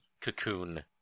cocoon